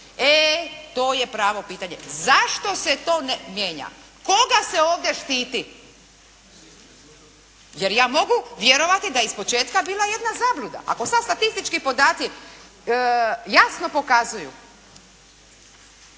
E to je pravo pitanje. Zašto se to ne mijenja? Koga se ovdje štiti? Jer ja mogu vjerovati da je ispočetka bila jedna zabluda. Ako sad statistički podaci jasno pokazuju